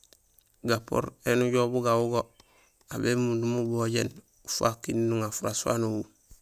Gapoor éni ujoow bu gawu go aw bémundum ubojéén ufaak nuŋa furaas fafu nuwu.